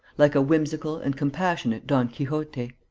like a whimsical and compassionate don quixote.